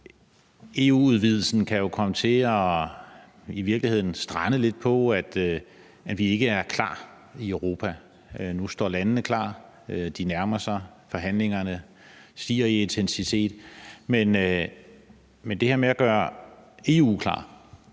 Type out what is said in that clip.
EU-udvidelsen kan jo komme til i virkeligheden at strande lidt på, at vi ikke er klar i Europa. Nu står landene klar, de nærmer sig, og forhandlingerne stiger i intensitet, men i forhold til det her med at gøre EU klar